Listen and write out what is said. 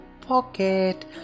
pocket